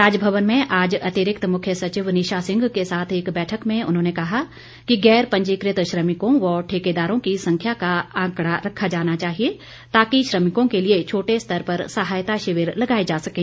राजभवन में आज अतिरिक्त मुख्य सचिव निशा सिंह के साथ एक बैठक में उन्होंने कहा कि गैर पंजीकृत श्रमिकों व ठेकेदारों की संख्या का आंकड़ा रखा जाना चाहिए ताकि श्रमिकों के लिए छोटे स्तर पर सहायता शिविर लगाये जा सकें